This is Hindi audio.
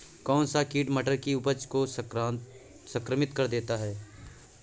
कौन सा कीट मटर की उपज को संक्रमित कर देता है?